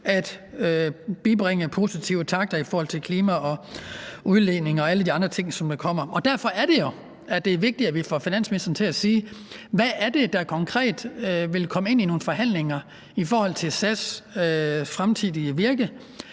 at bibringe positive takter i forhold til klima og udledning og alle de andre ting, som kommer. Derfor er det jo, det er vigtigt, at vi får finansministeren til at sige, hvad det konkret er, der vil komme ind i nogle forhandlinger i forhold til SAS' fremtidige virke,